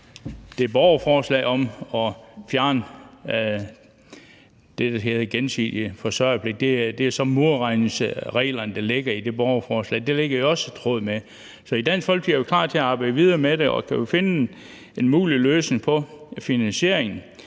i borgerforslaget om at fjerne det, der hedder gensidig forsørgerpligt. Det er så modregningsreglerne i det borgerforslag, og det ligger jo også i tråd med det. Så i Dansk Folkeparti er vi klar til at arbejde videre med det, og kan vi finde en mulig løsning på finansieringen,